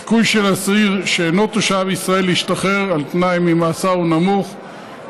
הסיכוי של אסיר שאינו תושב ישראל להשתחרר על תנאי ממאסר הוא נמוך,